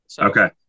Okay